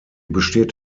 besteht